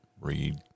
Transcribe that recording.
Read